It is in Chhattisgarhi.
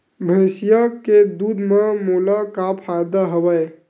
भैंसिया के दूध म मोला का फ़ायदा हवय?